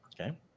Okay